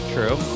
True